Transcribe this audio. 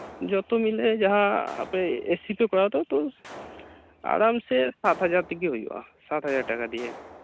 ᱡᱚᱛᱚ ᱢᱤᱞᱮ ᱡᱟᱦᱟᱸ ᱟᱯᱮ ᱮᱥᱤ ᱯᱮ ᱠᱚᱨᱟᱣᱟ ᱛᱚ ᱟᱨᱟᱢ ᱥᱮ ᱥᱟᱛ ᱦᱟᱡᱟᱨ ᱛᱮᱜᱮ ᱦᱩᱭᱩᱜᱼᱟ ᱥᱟᱛ ᱦᱟᱡᱟᱨ ᱴᱟᱠᱟ ᱫᱤᱭᱮ